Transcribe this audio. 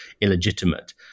illegitimate